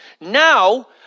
now